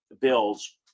Bills